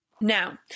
Now